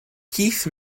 keith